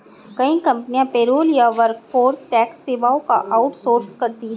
कई कंपनियां पेरोल या वर्कफोर्स टैक्स सेवाओं को आउट सोर्स करती है